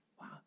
Wow